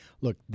Look